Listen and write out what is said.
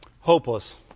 Hopeless